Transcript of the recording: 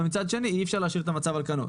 ומצד שני אי אפשר להשאיר את המצב על כנו.